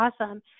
awesome